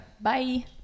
bye